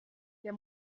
der